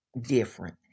different